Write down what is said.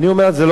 זה לא רלוונטי,